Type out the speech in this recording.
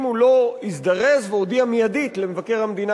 אם הוא לא הזדרז והודיע מייד למבקר המדינה